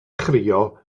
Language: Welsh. chrio